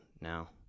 now